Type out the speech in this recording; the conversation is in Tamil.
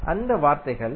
அந்த வார்த்தைகள் ஏ